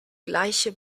gleiche